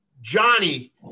Johnny